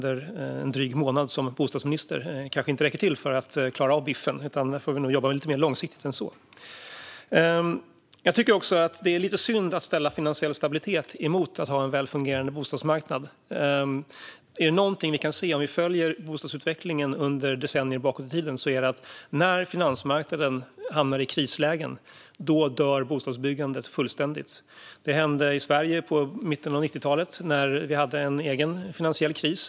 En dryg månad som bostadsminister räcker kanske inte för att klara biffen, utan vi får nog jobba lite mer långsiktigt än så. Det är lite synd att ställa finansiell stabilitet mot att ha en väl fungerande bostadsmarknad. Om det är något vi kan se när vi följer bostadsutvecklingen under decennier bakåt i tiden är det att när finansmarknaden hamnar i krisläge dör bostadsbyggandet fullständigt. Detta hände i Sverige i mitten av 90-talet, då vi hade en egen finansiell kris.